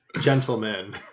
gentlemen